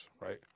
Right